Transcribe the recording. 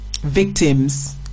victims